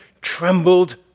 trembled